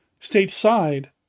stateside